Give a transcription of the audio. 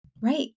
Right